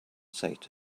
said